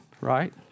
right